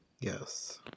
Yes